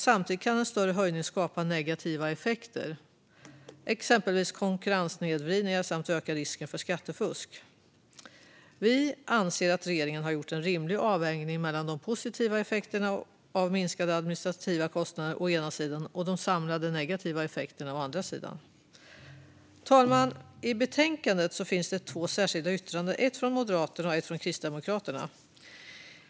Samtidigt kan en större höjning skapa negativa effekter, exempelvis konkurrenssnedvridningar, samt öka risken för skattefusk. Vi anser att regeringen har gjort en rimlig avvägning mellan de positiva effekterna av minskade administrativa kostnader å ena sidan och de samlade negativa effekterna å andra sidan. Herr talman! I betänkandet finns det två särskilda yttranden, ett från Moderaterna och ett från Kristdemokraterna.